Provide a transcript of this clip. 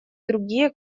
другие